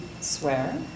swear